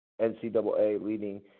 NCAA-leading